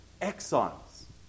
exiles